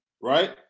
right